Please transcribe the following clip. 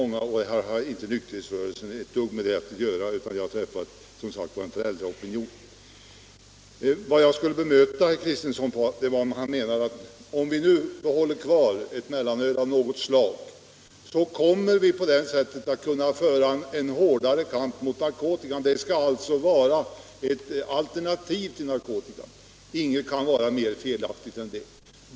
Nykterhetsrörelsen har inte ett dugg med detta att göra, utan jag har mött en föräldraopinion. Herr Kristenson menade att om vi nu behåller ett mellanöl av något slag kommer vi på det sättet att kunna föra en hårdare kamp mot narkotikan. Mellanölet skulle alltså vara ett alternativ till narkotikan. Ingenting kan vara mer felaktigt.